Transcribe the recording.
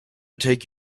take